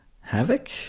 Havoc